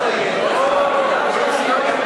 הממשלה.